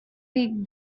big